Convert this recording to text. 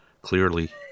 Clearly